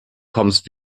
kommst